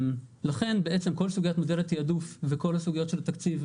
לכן בעצם כל סוגיית מודל התיעדוף וכל הסוגיות של התקציב,